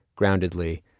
groundedly